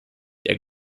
der